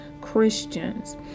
Christians